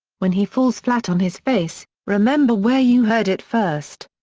when he falls flat on his face, remember where you heard it first.